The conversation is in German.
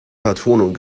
vertonung